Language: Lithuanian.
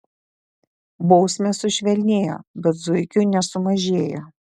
bausmės sušvelnėjo bet zuikių nesumažėjo